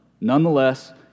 nonetheless